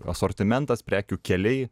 asortimentas prekių keliai